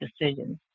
decisions